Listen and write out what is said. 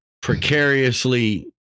precariously